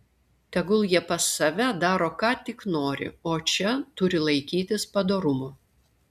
tegul jie pas save daro ką tik nori o čia turi laikytis padorumo